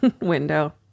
window